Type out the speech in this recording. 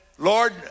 Lord